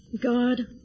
God